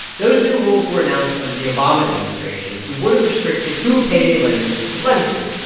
those new rules were announced under the obama administration and would've restricted who payday lenders could lend to.